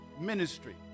ministry